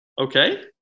Okay